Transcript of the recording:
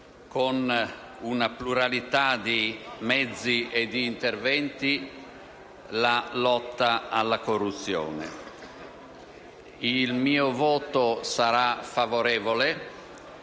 la lotta alla corruzione. Il mio voto sarà favorevole,